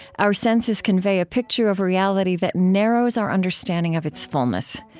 our senses convey a picture of reality that narrows our understanding of its fullness.